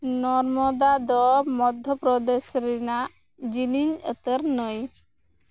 ᱱᱚᱨᱢᱚᱫᱟ ᱫᱚ ᱢᱚᱫᱽᱫᱷᱚᱯᱨᱚᱫᱮᱥ ᱨᱮᱱᱟᱜ ᱡᱤᱞᱤᱧ ᱩᱛᱟ ᱨ ᱱᱟ ᱭ